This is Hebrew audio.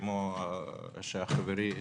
כפי שחברי אמר: